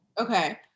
Okay